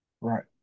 Right